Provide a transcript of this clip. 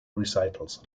recitals